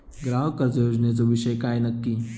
ग्राहक कर्ज योजनेचो विषय काय नक्की?